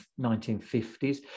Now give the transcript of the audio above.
1950s